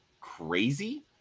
crazy